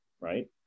right